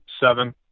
seven